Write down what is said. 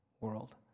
world